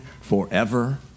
forever